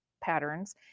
patterns